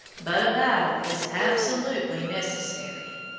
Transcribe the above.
but a battle is absolutely necessary.